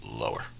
lower